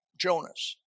Jonas